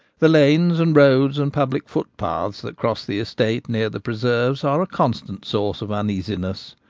the lanes and roads and public footpaths that cross the estate near the preserves are a constant source of uneasiness.